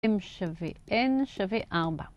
m שווה n שווה 4